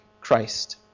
Christ